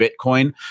Bitcoin